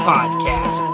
Podcast